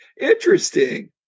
Interesting